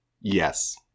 yes